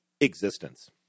existence